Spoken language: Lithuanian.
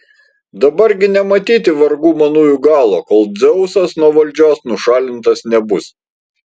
dabar gi nematyti vargų manųjų galo kol dzeusas nuo valdžios nušalintas nebus